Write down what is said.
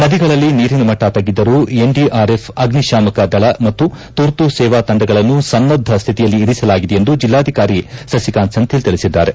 ನದಿಗಳಲ್ಲಿ ನೀರಿನ ಮಟ್ಟ ತಗ್ಗಿದ್ದರೂ ಎನ್ ಡಿ ಆರ್ ಎಫ್ ಅಗ್ಗಿಶಾಮಕ ದಳ ಮತ್ತು ತುರ್ತು ಸೇವಾ ತಂಡಗಳನ್ನು ಸನ್ನದ್ದ ಸ್ಥಿತಿಯಲ್ಲಿ ಇರಿಸಲಾಗಿದೆ ಎಂದು ಜೆಲ್ಲಾಧಿಕಾರಿ ಸಸಿಕಾಂತ್ ಸೆಂಥಿಲ್ ತಿಳಿಸಿದ್ದಾರೆ